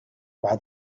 while